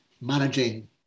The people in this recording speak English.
managing